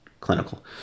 clinical